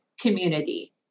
community